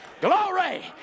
glory